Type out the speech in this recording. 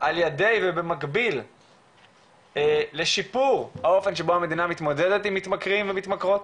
על ידי ובמקביל לשיפור האופן שבו המדינה מתמודדת עם מתמכרים ומתמכרים,